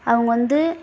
அவங்க வந்து